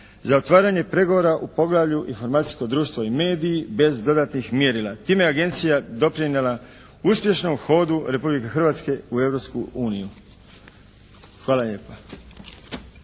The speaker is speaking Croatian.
za otvaranje pregovora u poglavlju – informacijsko društvo i mediji bez dodatnih mjerila. Time je agencija doprinijela uspješnom hodu Republike Hrvatske u Europsku uniju.